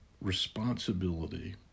responsibility